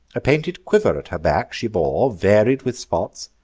a painted quiver at her back she bore varied with spots,